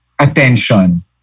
attention